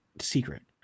secret